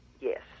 Yes